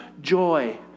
joy